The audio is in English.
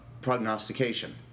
prognostication